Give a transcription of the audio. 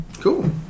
cool